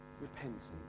Repentance